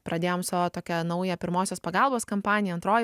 pradėjom savo tokią naują pirmosios pagalbos kampaniją antroji